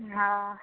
हँ